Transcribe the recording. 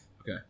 Okay